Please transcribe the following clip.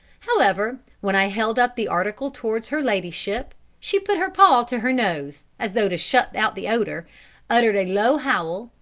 however, when i held up the article towards her ladyship, she put her paw to her nose as though to shut out the odour uttered a low howl,